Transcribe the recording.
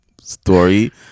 story